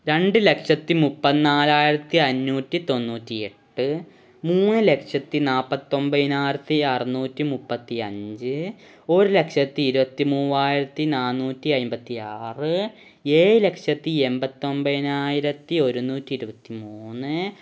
രണ്ടുലക്ഷത്തി മുപ്പത്തിനാലായിരത്തി അഞ്ഞൂറ്റി തൊണ്ണൂറ്റി എട്ട് മൂന്നുലക്ഷത്തി നാല്പത്തി ഒന്പതിനായിരത്തി അറുന്നൂറ്റി മുപ്പത്തി അഞ്ച് ഒരു ലക്ഷത്തി ഇരുപത്തി മൂവായിരത്തി നാന്നൂറ്റി അന്പത്തി ആറ് ഏഴ് ലക്ഷത്തി എണ്പത്തൊന്പതിനായിരത്തി ഒരുന്നൂറ്റി ഇരുപത്തി മൂന്ന്